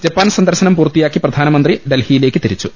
Japan സന്ദർശനം പൂർത്തിയാക്കി പ്രധാനമന്ത്രി ഡൽഹിയി ലേക്ക് തിരിച്ചു